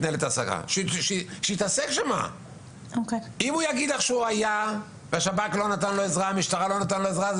אם הוא יגיד לך שהוא היה אבל השב"כ והמשטרה לא נתנו לו עזרה,